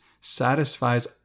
satisfies